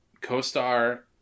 Co-star